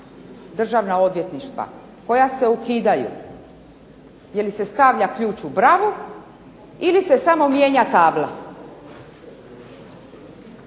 državna odvjetništva koja se ukidaju, je li se stavlja ključ u bravu ili se samo mijenja tabla.